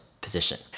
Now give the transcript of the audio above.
position